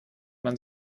man